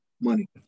money